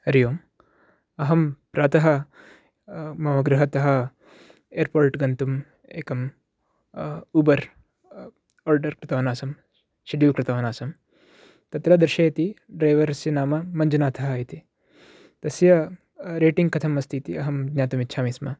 हरि ओं अहं प्रातः मम गृहतः एर्पोर्ट् गन्तुम् एकं ऊबर् आर्डर् कृतवानासं शेड्यूल्ड् कृतवानासं तत्र दर्शयति ड्रैवर स्य नाम मञ्जुनाथः इति तस्य रेटिङ्ग् कथम् अस्ति इति ज्ञातुम् इच्छामि स्म